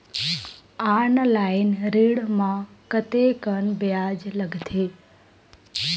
Online ऋण म कतेकन ब्याज लगथे?